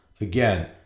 Again